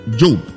job